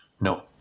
No